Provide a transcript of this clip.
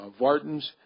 Vartans